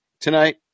tonight